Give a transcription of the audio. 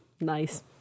Nice